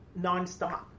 nonstop